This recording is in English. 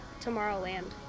Tomorrowland